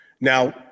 now